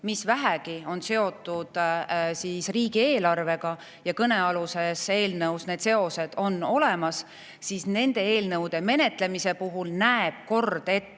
mis vähegi on seotud riigieelarvega. Kõnealuses eelnõus need seosed on olemas. Selliste eelnõude menetlemise puhul näeb kord